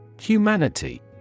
Humanity